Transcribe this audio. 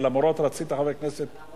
על המורות רצית, חבר הכנסת, ?